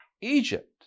Egypt